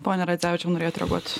pone radzevičiau norėjot reaguot